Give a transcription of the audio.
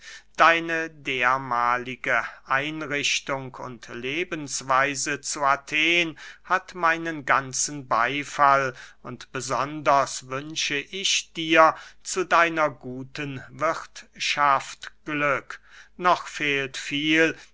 deine dermahlige einrichtung und lebensweise zu athen hat meinen ganzen beyfall und besonders wünsche ich dir zu deiner guten wirthschaft glück noch fehlt viel